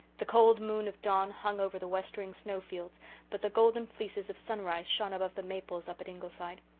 the cold moon of dawn hung over the westering snow fields but the golden fleeces of sunrise shone above the maples up at ingleside.